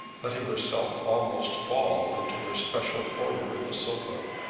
letting herself almost fall into her special corner in the sofa.